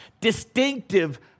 distinctive